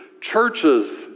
Churches